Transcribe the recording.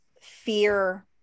fear